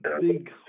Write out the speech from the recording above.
big